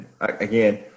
again